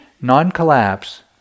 Non-collapse